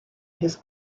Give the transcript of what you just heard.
his